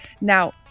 Now